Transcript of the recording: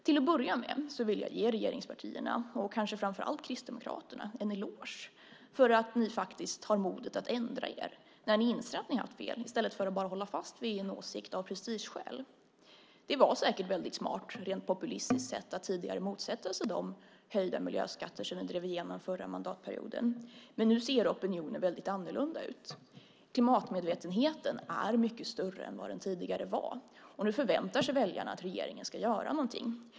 Till att börja med vill jag ge regeringspartierna, och kanske framför allt Kristdemokraterna, en eloge för att ni faktiskt har modet att ändra er när ni inser att ni har haft fel, i stället för att bara hålla fast vid en åsikt av prestigeskäl. Det var säkert väldigt smart rent populistiskt sett att tidigare motsätta sig de höjda miljöskatter som vi drev igenom förra mandatperioden. Men nu ser opinionen väldigt annorlunda ut. Klimatmedvetenheten är mycket större än den tidigare var, och nu förväntar sig väljarna att regeringen ska göra någonting.